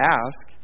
ask